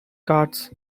guards